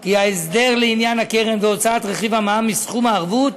כי ההסדר לעניין הקרן והוצאת רכיב המע"מ מסכום הערבות